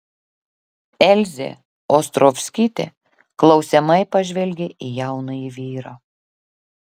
elzė ostrovskytė klausiamai pažvelgė į jaunąjį vyrą